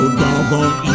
doggone